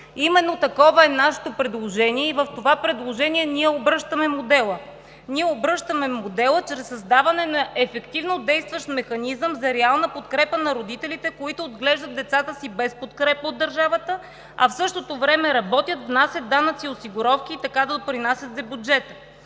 Именно такова е нашето предложение и в това предложение ние обръщаме модела. Ние обръщаме модела чрез създаване на ефективно действащ механизъм за реална подкрепа на родителите, които отглеждат децата си без подкрепа от държавата, а в същото време работят, внасят данъци, осигуровки и така допринасят за бюджета.